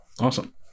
Awesome